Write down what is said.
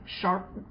sharp